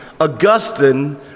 Augustine